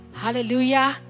hallelujah